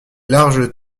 larges